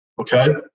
okay